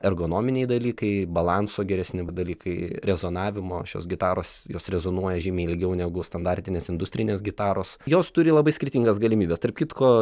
ergonominiai dalykai balanso geresni dalykai rezonavimo šios gitaros jos rezonuoja žymiai ilgiau negu standartinės industrinės gitaros jos turi labai skirtingas galimybes tarp kitko